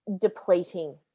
depleting